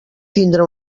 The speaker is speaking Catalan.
tindre